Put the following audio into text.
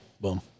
Boom